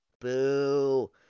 Boo